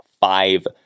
five